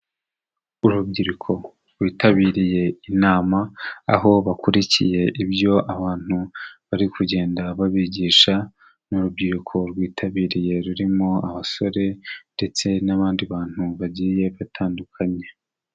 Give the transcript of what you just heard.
Urubyiruko rwitabiriye inama aho bakurikiye ibyo abantu bari kugenda babigisha, n'urubyiruko rwitabiriye rurimo abasore ndetse n'abandi bantu bagiye batandukanye.